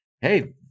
hey